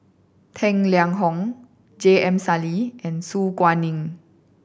Tang Liang Hong J M Sali and Su Guaning